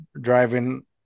driving